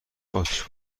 اتیش